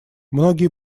многие